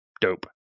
Dope